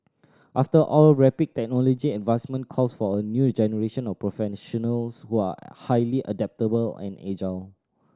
after all rapid technology advancement call for a new generation of professionals who are highly adaptable and agile